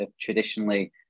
traditionally